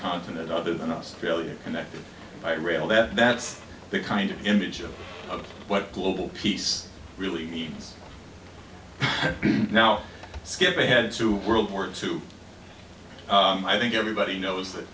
continent other than australia connected by rail that's the kind of image of what global peace really means now skip ahead to world war two i think everybody knows that